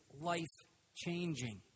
life-changing